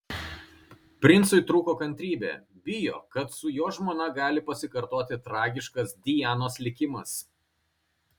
princui trūko kantrybė bijo kad su jo žmona gali pasikartoti tragiškas dianos likimas